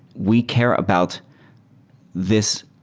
we care about this,